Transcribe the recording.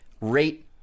rate